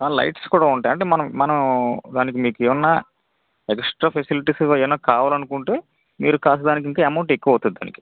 lights కూడా ఉంటాయి అంటే మనం మనం దానికి మీకు ఏమన్నా ఎక్సట్రా ఫెసిలిటీస్ ఏమైనా కావాలనుకుంటే మీరు కాస్త దానికి ఇంకా అమౌంట్ ఎక్కువ అవుతుంది దానికి